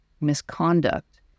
misconduct